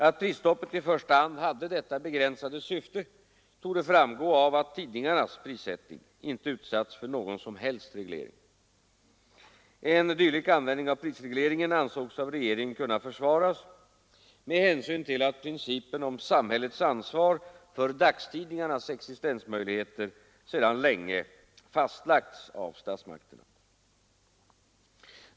Att prisstoppet i första hand hade detta begränsade syfte torde framgå av att tidningarnas prissättning inte utsatts för någon som helst reglering. En dylik användning av prisregleringen ansågs av regeringen kunna försvaras med hänsyn till att principen om samhällets ansvar för dagstidningarnas existensmöjligheter sedan länge fastlagts av statsmakterna.